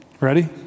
ready